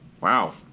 Wow